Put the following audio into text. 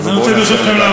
זה נכון.